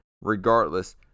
regardless